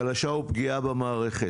חלשה ופגיעה, במערכת.